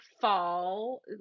fall